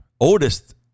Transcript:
oldest